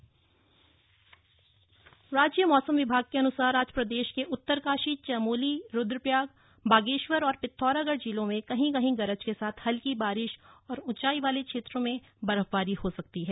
मौसम राज्य मौसम विभाग के अनुसार आज प्रदेश के उत्तरकाशी चमोली रूद्रप्रयाग बागेश्वर और पिथौरागढ़ जिलों में कहीं कहीं गरज के साथ हल्की बारिश और ऊचाई वाले क्षेत्रों में बर्फवारी हो सकती है